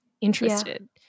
interested